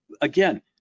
again